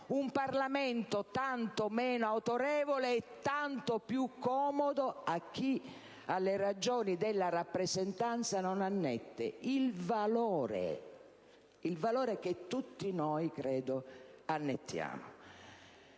Un Parlamento tanto meno autorevole è tanto più comodo a chi alle ragioni della rappresentanza non annette il valore che tutti noi vi annettiamo.